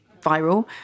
viral